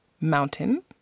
mountain